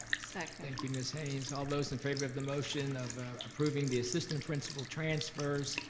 second. thank you, ms. haynes. all those in favor of the motion of approving the assistant principal transfers,